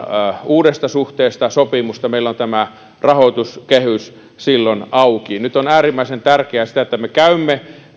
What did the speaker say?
uudesta suhteesta sopimusta meillä on rahoituskehys silloin auki nyt on äärimmäisen tärkeää se että me käymme